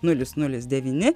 nulis nulis devyni